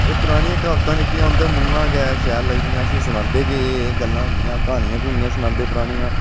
एह् परानियां क्हावतां जेह्कियां उं'दे मुहां गै शैल लगदियां असें ई सनांदे हे कि एह् एह् गल्लां होंदियां क्हानियां क्हुनियां सनांदे परानियां